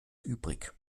übrig